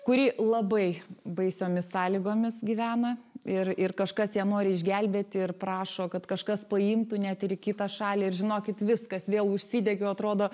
kuri labai baisiomis sąlygomis gyvena ir ir kažkas ją nori išgelbėti ir prašo kad kažkas paimtų net ir į kitą šalį ir žinokit viskas vėl užsidegiau atrodo